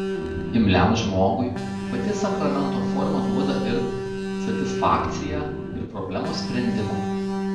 imliam žmogui pati sakramento forma duoda ir satisfakciją ir problemos sprendimą